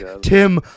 Tim